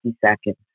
seconds